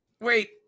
Wait